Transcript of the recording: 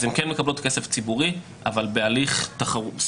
אז הן כן מקבלות כסף ציבורי אבל בהליך סופר